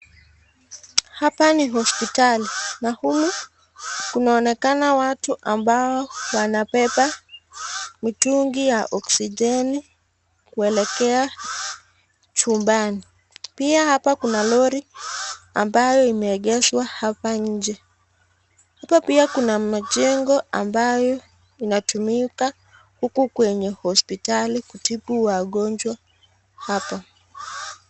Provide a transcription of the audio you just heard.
Hapa ni hospitali na humu kunaonekana watu ambao wanabeba mitungi ya oksijeni kuelekea chumbani. Pia hapa kuna lori ambayo imeegeshwa hapa nje. Hapa pia kuna majengo ambayo inatumika huku kwenye hospitali kutibu wagonjwa hapa.